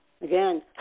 again